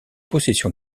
possession